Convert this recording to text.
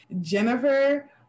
Jennifer